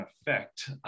effect